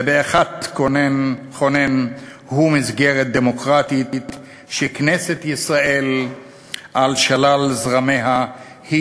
ובאחת כונן הוא מסגרת דמוקרטית שכנסת ישראל על שלל זרמיה היא